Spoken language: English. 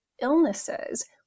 illnesses